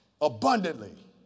Abundantly